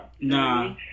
Nah